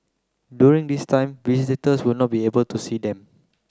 during this time visitors will not be able to see them